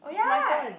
is my turn